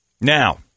Now